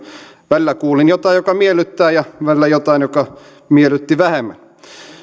välillä kuulin jotain joka miellyttää ja välillä jotain joka miellytti vähemmän